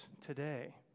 today